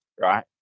right